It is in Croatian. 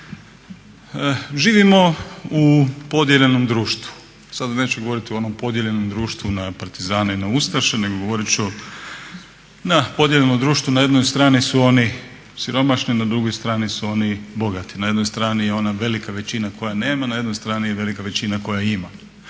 živom u podijeljenom društvu, sad vam neću govoriti o onom podijeljenom društvu na partizane i na ustaše, nego govorit ću na podijeljeno društvo na jednoj strani su oni siromašni, a na drugoj strani su oni bogati, na jednoj strani je ona velika većina koja nema, na jednoj strani je velika većina koja ima,